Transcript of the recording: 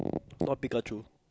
not Pikachu